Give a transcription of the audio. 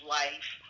life